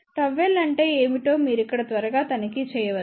ΓLఅంటే ఏమిటోమీరు ఇక్కడ త్వరగా తనిఖీ చేయవచ్చు